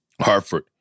Hartford